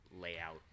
layout